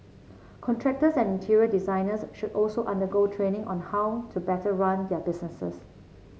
contractors and interior designers should also undergo training on how to better run their businesses